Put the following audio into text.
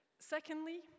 Secondly